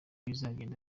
bizagenda